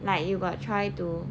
like you got try to